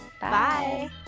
Bye